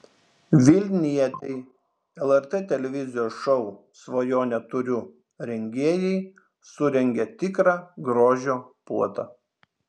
vilnietei lrt televizijos šou svajonę turiu rengėjai surengė tikrą grožio puotą